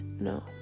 no